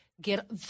get